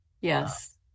yes